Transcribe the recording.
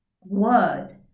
Word